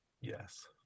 Yes